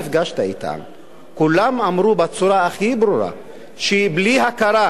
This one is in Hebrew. כולם אמרו בצורה הכי ברורה שבלי הכרה בכל היישובים